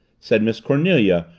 said miss cornelia,